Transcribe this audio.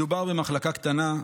מדובר במחלקה קטנה,